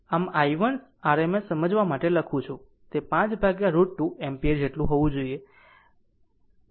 આમ i1 i1 RMS સમજવા માટે લખું છું તે 5 √ 2 એમ્પીયર જેટલું હોવું જોઈએ